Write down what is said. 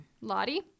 Lottie